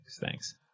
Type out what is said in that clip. Thanks